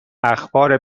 اخبار